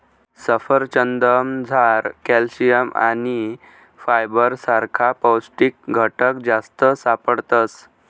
सफरचंदमझार कॅल्शियम आणि फायबर सारखा पौष्टिक घटक जास्त सापडतस